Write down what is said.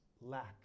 lack